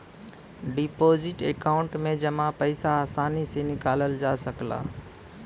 deposit account में जमा पइसा आसानी से निकालल जा सकला